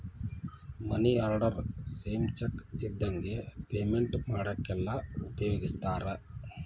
ಮನಿ order same cheque ಇದ್ದಂಗೆ payment ಮಾಡಾಕೆಲ್ಲ ಉಪಯೋಗಿಸ್ತಾರ